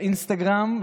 לאינסטגרם,